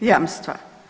jamstva.